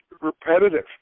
repetitive